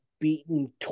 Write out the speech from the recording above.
beaten